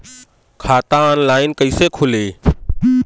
खाता ऑनलाइन कइसे खुली?